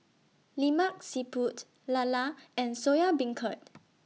Lemak Siput Lala and Soya Beancurd